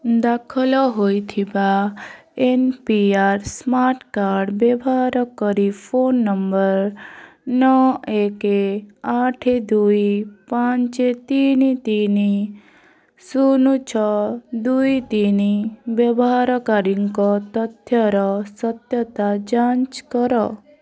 ଦାଖଲ ହୋଇଥିବା N P R smart card ବ୍ୟବହାର କରି ଫୋନ୍ ନମ୍ବର୍ ନଅ ଏକ ଆଠ ଦୁଇ ପାଞ୍ଚ ତିନି ତିନି ଶୂନ ଛଅ ଦୁଇ ତିନି ବ୍ୟବହାରକାରୀଙ୍କ ତଥ୍ୟର ସତ୍ୟତା ଯାଞ୍ଚ କର